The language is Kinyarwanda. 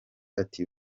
ati